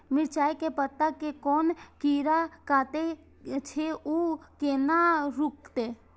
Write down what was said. मिरचाय के पत्ता के कोन कीरा कटे छे ऊ केना रुकते?